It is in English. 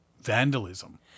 vandalism